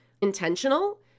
intentional